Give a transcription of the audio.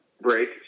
break